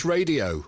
Radio